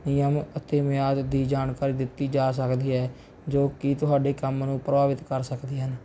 ਨਿਯਮ ਅਤੇ ਮਿਆਦ ਦੀ ਜਾਣਕਾਰੀ ਦਿੱਤੀ ਜਾ ਸਕਦੀ ਹੈ ਜੋ ਕਿ ਤੁਹਾਡੇ ਕੰਮ ਨੂੰ ਪ੍ਰਭਾਵਿਤ ਕਰ ਸਕਦੇ ਹਨ